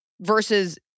versus